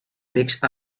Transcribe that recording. text